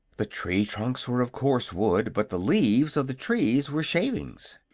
the tree-trunks were of coarse wood, but the leaves of the trees were shavings.